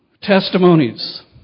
Testimonies